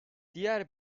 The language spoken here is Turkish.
diğer